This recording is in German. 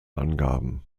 angaben